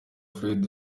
fred